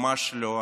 ממש לא.